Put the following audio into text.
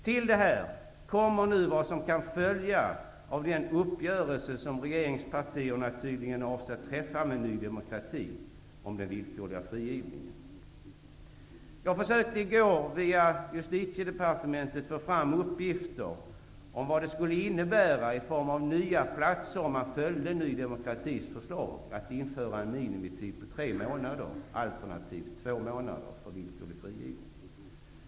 Till detta kommer vad som kan följa av den uppgörelse som regeringspartierna tydligen avser träffa med Ny demokrati om den villkorliga frigivningen. Via justitiedepartementet försökte jag i går få fram uppgifter om vad det skulle innebära i form av nya platser om man följde Ny demokratis förslag om att införa en minimitid av tre månader, alternativt två månader för villkorlig frigivning.